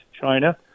China